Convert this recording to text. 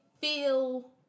feel